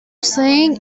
saying